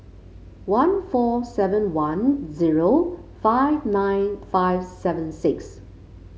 one four seven one zero five nine five seven six